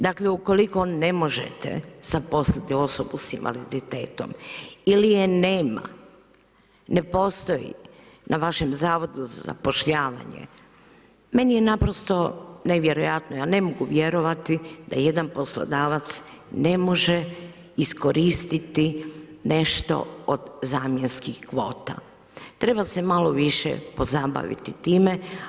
Dakle ukoliko ne možete zaposliti osobu sa invaliditetom ili je nema, ne postoji na vašem zavodu za zapošljavanje meni je naprosto nevjerojatno ja ne mogu vjerovati da jedan poslodavac ne može iskoristiti nešto od zamjenskih kvota, treba se malo više pozabaviti time.